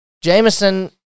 Jameson